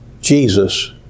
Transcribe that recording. Jesus